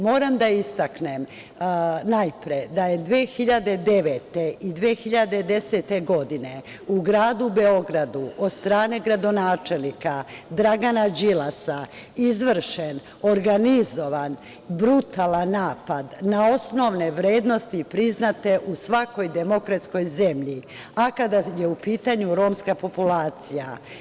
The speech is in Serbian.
Moram da istaknem najpre da je 2009. i 2010. godine u Gradu Beogradu od strane gradonačelnika Dragana Đilasa izvršen organizovan, brutalan napad na osnovne vrednosti priznate u svakoj demokratskoj zemlji, a kada je u pitanju romska populacija.